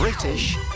British